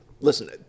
Listen